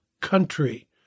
country